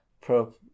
pro